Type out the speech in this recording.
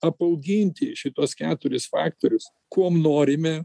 apauginti šituos keturis faktorius kuom norime